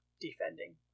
defending